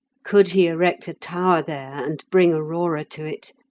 could he erect a tower there, and bring aurora to it,